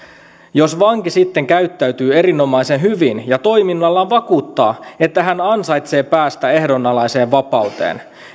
jos vanki sitten käyttäytyy erinomaisen hyvin ja toiminnallaan vakuuttaa että hän ansaitsee päästä ehdonalaiseen vapauteen